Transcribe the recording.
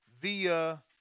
via